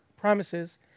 Promises